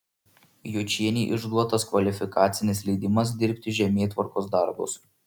juočienei išduotas kvalifikacinis leidimas dirbti žemėtvarkos darbus